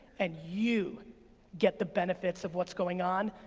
and you get the benefits of what's going on,